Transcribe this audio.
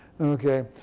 okay